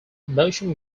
motion